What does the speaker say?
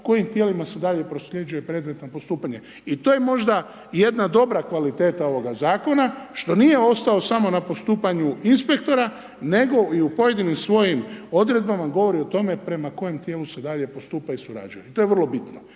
kojim tijelima se dalje prosljeđuje predmet na postupanje. I to je možda jedna dobra kvaliteta ovoga zakona što nije ostao samo na postupanju inspektora nego i u pojedinim svojim odredbama govori o tome prema kojem tijelu se dalje postupa i surađuje i to je vrlo bitno,